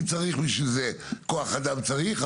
אם צריך בשביל זה כוח אדם, אז צריך.